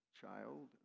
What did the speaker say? child